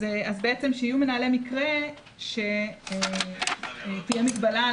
אז בעצם שיהיו מנהלי מקרה שתהיה מגבלה על